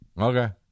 Okay